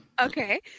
okay